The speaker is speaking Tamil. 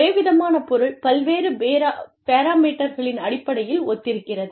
ஒரே விதமான பொருள் பல்வேறு பேரா மீட்டர்களின் அடிப்படையில் ஒத்திருக்கிறது